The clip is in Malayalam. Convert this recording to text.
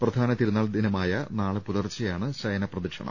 പ്രധാന തിരുനാൾ ദിവസമായ നാളെ പുലർച്ചെയാണ് ശയനപ്രദക്ഷിണം